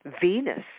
Venus